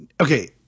okay